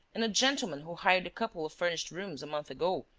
and a gentleman who hired a couple of furnished rooms, a month ago,